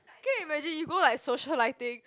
can you image you go like socialiting